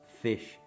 fish